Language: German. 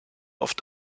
oft